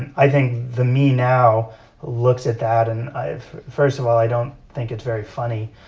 and i think the me now looks at that, and i've first of all, i don't think it's very funny,